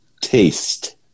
Taste